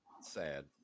sad